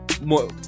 more